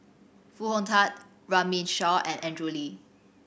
Foo Hong Tatt Runme Shaw and Andrew Lee